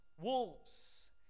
wolves